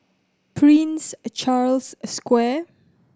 Prince Charles Square